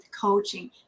coaching